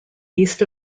east